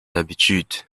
d’habitude